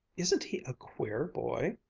isn't he a queer boy!